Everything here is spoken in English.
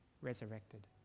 resurrected